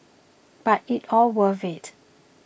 but it's all worth it